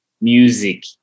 music